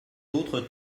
d’autres